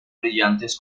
brillantes